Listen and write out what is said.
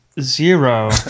zero